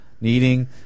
needing